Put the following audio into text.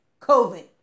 COVID